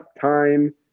time